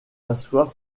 asseoir